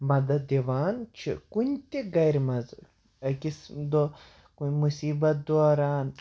مَدتھ دِوان چھِ کُنہِ تہِ گَرِ منٛزٕ أکِس دۄہ کُنہِ مُصیٖبت دوران